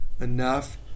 enough